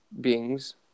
beings